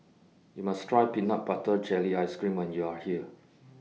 YOU must Try Peanut Butter Jelly Ice Cream when YOU Are here